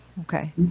Okay